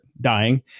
dying